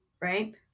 right